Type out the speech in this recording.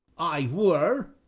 i were,